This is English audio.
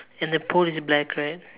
and the pole is black right